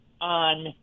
on